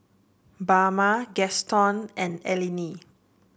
Bama Gaston and Eleni